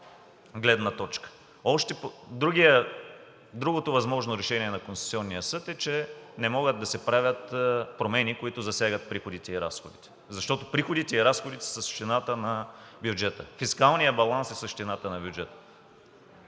гледна точка. Другото възможно решение на Конституционния съд е, че не могат да се правят промени, които засягат приходите и разходите, защото приходите и разходите са същината на бюджета – фискалният баланс е същината на бюджета.